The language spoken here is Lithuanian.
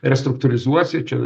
restruktūrizuojas ir čia